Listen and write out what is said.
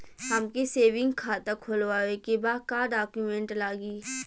हमके सेविंग खाता खोलवावे के बा का डॉक्यूमेंट लागी?